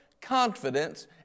confidence